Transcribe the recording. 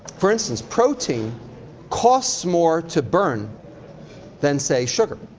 for instance, protein costs more to burn than say, sugar.